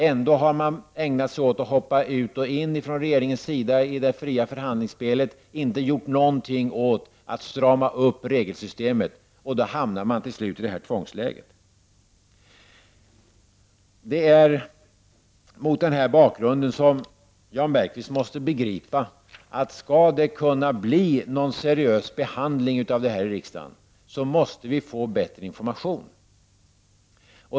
Ändå har regeringen ägnat sig åt att hoppa ut och in i det fria förhandlingsspelet, men den har inte gjort någonting för att strama upp regelsystemet. Då hamnar man till slut i det här tvångsläget. Det är mot den här bakgrunden som Jan Bergqvist måste begripa att om det skall bli någon seriös behandling av dessa förslag i riksdagen, så måste vi få bättre information.